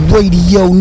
Radio